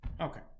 okay